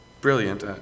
Brilliant